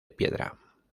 piedra